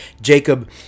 Jacob